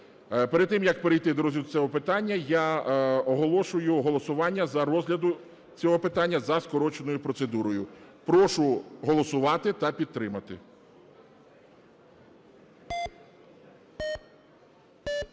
Перед тим, як перейти до розгляду цього питання, я оголошую голосування за розгляд цього питання за скороченою процедурою. Прошу голосувати та підтримати.